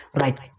right